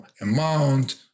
amount